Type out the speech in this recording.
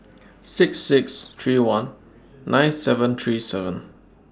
six six three one nine seven three seven